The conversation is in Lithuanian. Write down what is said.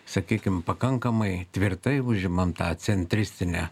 sakykim pakankamai tvirtai užimam tą centristinę